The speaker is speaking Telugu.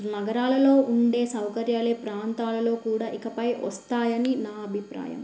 నగరాలలో ఉండే సౌకర్యాలే ప్రాంతాలలో కూడా ఇకపై వస్తాయని నా అభిప్రాయం